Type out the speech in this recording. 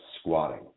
squatting